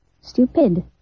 Stupid